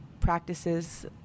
practices